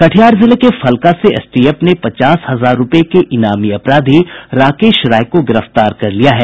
कटिहार जिले के फलका से एसटीएफ ने पचास हजार रूपये के इनामी अपराधी राकेश राय को गिरफ्तार कर लिया है